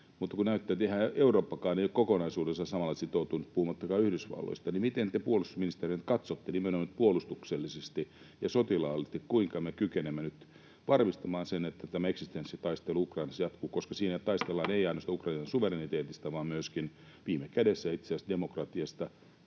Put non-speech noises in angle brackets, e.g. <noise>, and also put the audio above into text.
mutta kun näyttää, ettei Eurooppakaan ole kokonaisuudessaan samalla tavalla sitoutunut, puhumattakaan Yhdysvalloista, niin miten te puolustusministerinä katsotte nimenomaan puolustuksellisesti ja sotilaallisesti, että kuinka me kykenemme nyt varmistamaan sen, että tämä eksistenssitaistelu Ukrainassa jatkuu, koska siinä taistellaan <noise> ei ainoastaan Ukrainan suvereniteetista vaan myöskin viime kädessä itse asiassa demokratiasta,